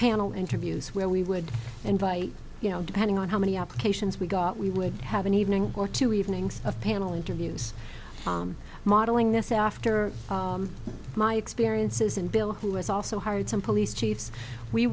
panel interviews where we would invite you know depending on how many applications we got we would have an evening or two evenings of panel interviews modeling this after my experiences and bill who has also hired some police chiefs we